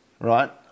right